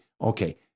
okay